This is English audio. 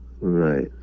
Right